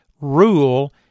rule